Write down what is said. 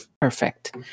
perfect